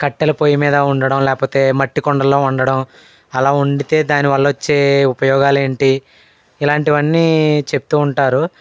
కట్టెల పొయ్యి మీద వండటం లేకపోతే మట్టి కుండలో వండటం అలా వండితే దాని వల్ల వచ్చే ఉపయోగాలు ఏంటి ఇలాంటివన్నీ చెబుతూ ఉంటారు